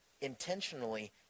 intentionally